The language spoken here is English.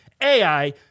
AI